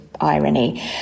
irony